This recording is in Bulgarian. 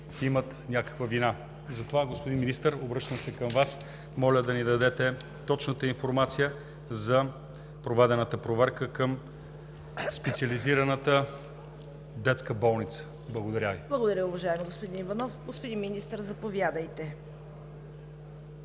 имат някаква вина. Затова, господин Министър – обръщам се към Вас, моля да ни дадете точната информация за проведената проверка към Специализираната детска болница. Благодаря Ви. ПРЕДСЕДАТЕЛ ЦВЕТА КАРАЯНЧЕВА: Благодаря Ви, уважаеми господин Иванов. Господин Министър, заповядайте.